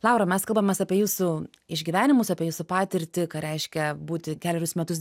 laura mes kalbamės apie jūsų išgyvenimus apie jūsų patirtį ką reiškia būti kelerius metus